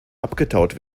abgetaut